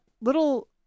little